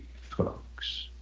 folks